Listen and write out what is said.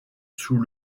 sous